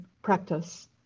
practice